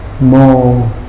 more